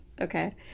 okay